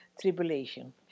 tribulation